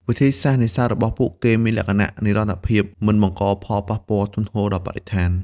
វិធីសាស្ត្រនេសាទរបស់ពួកគេមានលក្ខណៈ និរន្តរភាព មិនបង្កផលប៉ះពាល់ធ្ងន់ធ្ងរដល់បរិស្ថាន។